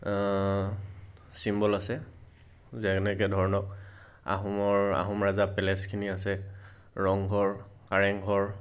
symbol আছে যেনেকে ধৰণৰ আহোমৰ আহোম ৰাজা পেলেছখিনি আছে ৰংঘৰ কাৰেংঘৰ